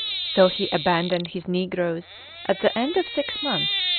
so he abandoned his negroes at the end of six months,